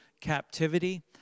captivity